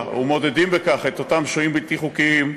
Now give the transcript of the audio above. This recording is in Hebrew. ומעודדים בכך את אותם שוהים בלתי חוקיים,